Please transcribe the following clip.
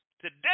Today